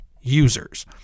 users